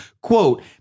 quote